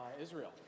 Israel